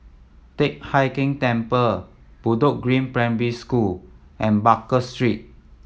Teck Hai Keng Temple Bedok Green Primary School and Baker Street